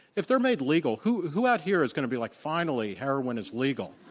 if they're made legal, who who out here is going to be like, finally, heroin is legal,